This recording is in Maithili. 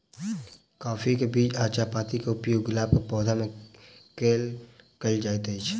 काफी केँ बीज आ चायपत्ती केँ उपयोग गुलाब केँ पौधा मे केल केल जाइत अछि?